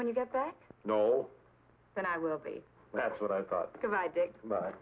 when you get that knoll then i will be that's what i thought because i did b